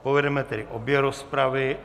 Povedeme tedy obě rozpravy.